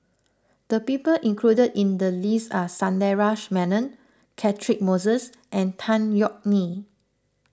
the people included in the list are Sundaresh Menon Catchick Moses and Tan Yeok Nee